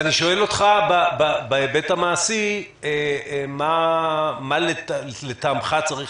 אני שואל אותך בהיבט המעשי מה לדעתך צריך